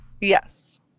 Yes